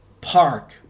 park